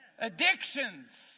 addictions